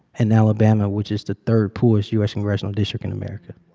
in alabama, which is the third-poorest u s. congressional district in america,